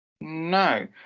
No